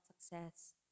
success